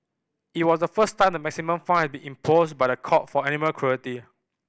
it was the first time the maximum fine be imposed by the court for animal cruelty